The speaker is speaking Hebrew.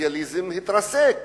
הסוציאליזם התרסק.